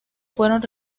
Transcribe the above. fueron